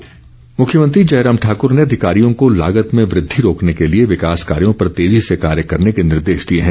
मख्यमंत्री मुख्यमंत्री जयराम ठाकुर ने अधिकारियों को लागत में वृद्धि रोकने के लिए विकास कार्यों पर तेजी से कार्य करने के निर्देश दिए हैं